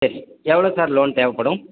சரி எவ்வளோ sir loan தேவைப்படும்